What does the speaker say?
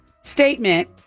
statement